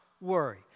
worry